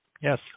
Yes